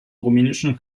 rumänischen